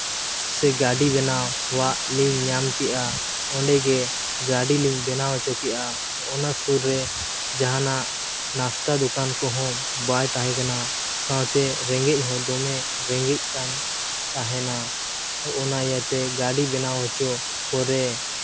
ᱥᱮ ᱜᱟᱹᱰᱤ ᱵᱮᱱᱟᱣᱟᱜ ᱞᱤᱧ ᱧᱟᱢ ᱠᱮᱜᱼᱟ ᱚᱸᱰᱮ ᱜᱮ ᱜᱟᱹᱰᱤ ᱞᱤᱧ ᱵᱮᱱᱟᱣ ᱦᱚᱪᱚ ᱠᱮᱜᱼᱟ ᱚᱱᱟ ᱥᱩᱨ ᱨᱮ ᱡᱟᱦᱟᱱᱟᱜ ᱱᱟᱥᱛᱟ ᱫᱚᱠᱟᱱ ᱠᱚᱦᱚᱸ ᱵᱟᱝ ᱛᱟᱦᱮᱸᱠᱟᱱᱟ ᱥᱟᱶᱛᱮ ᱨᱮᱸᱜᱮᱡ ᱦᱚᱸ ᱫᱚᱢᱮ ᱨᱮᱸᱜᱮᱡ ᱠᱟᱱ ᱛᱟᱦᱮᱱᱟ ᱚᱱᱟ ᱤᱭᱟᱹᱛᱮ ᱜᱟᱹᱰᱤ ᱵᱮᱱᱟᱣ ᱦᱚᱪᱚ ᱯᱚᱨᱮ